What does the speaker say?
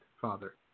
father